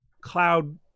cloud